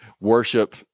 worship